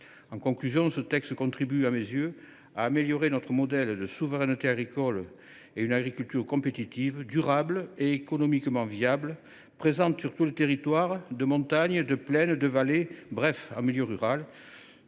En conclusion, ce texte contribue, à mes yeux, à améliorer notre modèle de souveraineté agricole et à soutenir une agriculture compétitive, durable et économiquement viable, présente sur tout le territoire, montagnes, plaines, vallées, bref, en milieu rural.